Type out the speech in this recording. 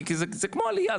כי זה כמו עלייה.